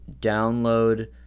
download